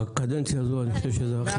בקדנציה הזו אני חושב שזה הכי.